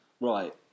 Right